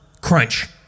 crunch